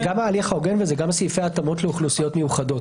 זה גם ההליך ההוגן וזה גם סעיפי ההתאמות לאוכלוסיות מיוחדות.